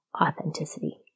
authenticity